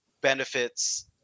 benefits